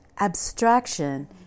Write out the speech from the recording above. abstraction